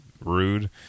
rude